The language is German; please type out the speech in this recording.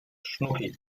schnucki